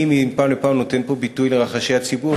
מפעם לפעם אני נותן פה ביטוי לרחשי לב הציבור,